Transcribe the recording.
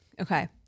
Okay